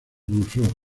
rousseau